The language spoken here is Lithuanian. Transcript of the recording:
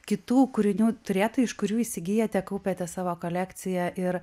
kitų kūrinių turėtojai iš kurių įsigyjate kaupiate savo kolekciją ir